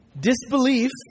Disbelief